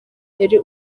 yari